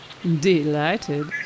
Delighted